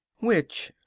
which,